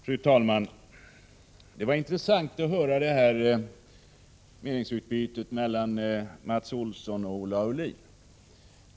Fru talman! Det var intressant att höra det här meningsutbytet mellan Mats Olsson och Olle Aulin.